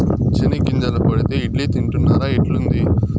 చెనిగ్గింజల పొడితో ఇడ్లీ తింటున్నారా, ఎట్లుంది